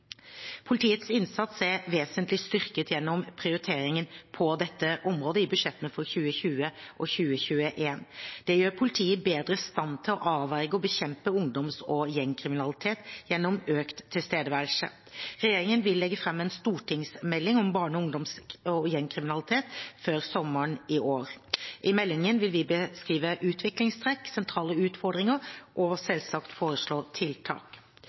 Politiets innsats er vesentlig styrket gjennom prioriteringen av dette området i budsjettene for 2020 og 2021. Det gjør politiet bedre i stand til å avverge og bekjempe ungdoms- og gjengkriminalitet gjennom økt tilstedeværelse. Regjeringen vil legge fram en stortingsmelding om barne-, ungdoms- og gjengkriminalitet før sommeren i år. I meldingen vil vi beskrive utviklingstrekk og sentrale utfordringer og selvsagt foreslå tiltak.